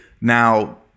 Now